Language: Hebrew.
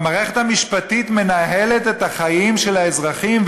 המערכת המשפטית מנהלת את החיים של האזרחים,